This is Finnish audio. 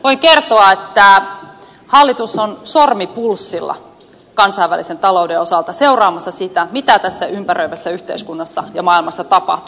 voin kertoa että hallitus on sormi pulssilla kansainvälisen talouden osalta seuraamassa sitä mitä tässä ympäröivässä yhteiskunnassa ja maailmassa tapahtuu